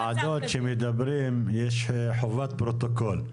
אתה יודע, בוועדות שמדברים, יש חובת פרוטוקול.